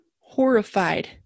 horrified